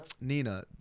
Nina